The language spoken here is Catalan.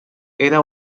era